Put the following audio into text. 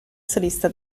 solista